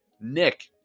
Nick